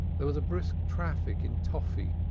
there was brisk traffic in toffy,